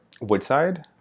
Woodside